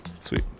Sweet